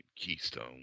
Keystone